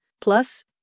plus